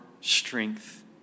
strength